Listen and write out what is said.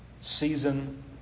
season